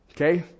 Okay